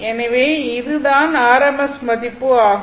எனவே இது தான் rms மதிப்பு ஆகும்